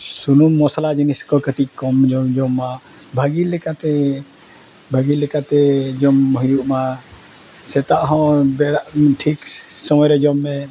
ᱥᱩᱱᱩᱢ ᱢᱚᱥᱞᱟ ᱡᱤᱱᱤᱥ ᱠᱚ ᱠᱟᱹᱴᱤᱡ ᱠᱚᱢ ᱡᱚᱢ ᱡᱚᱢᱟ ᱵᱷᱟᱜᱮ ᱞᱮᱠᱟᱛᱮ ᱵᱷᱟᱜᱮ ᱞᱮᱠᱟᱛᱮ ᱡᱚᱢ ᱦᱩᱭᱩᱜ ᱢᱟ ᱥᱮᱛᱟᱜ ᱦᱚᱸ ᱵᱮᱲᱟ ᱴᱷᱤᱠ ᱥᱚᱢᱚᱭ ᱨᱮ ᱡᱚᱢ ᱢᱮ